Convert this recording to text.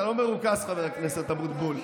אתה לא מרוכז, חבר הכנסת אבוטבול.